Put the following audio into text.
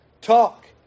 talk